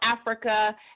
Africa